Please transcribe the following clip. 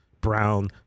Brown